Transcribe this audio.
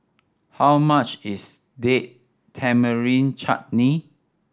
how much is Date Tamarind Chutney